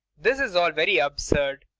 this is all very absurd.